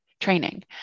training